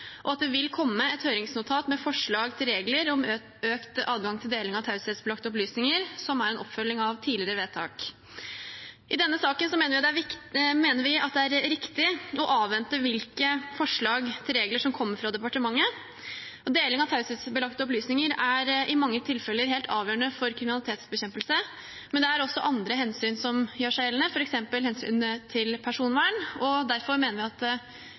og at det vil komme et høringsnotat med forslag til regler om økt adgang til deling av taushetsbelagte opplysninger, som er en oppfølging av tidligere vedtak. I denne saken mener vi det er riktig å avvente hvilke forslag til regler som kommer fra departementet. Deling av taushetsbelagte opplysninger er i mange tilfeller helt avgjørende for kriminalitetsbekjempelse, men det er også andre hensyn som gjør seg gjeldende, f.eks. hensynet til personvern, og derfor mener vi at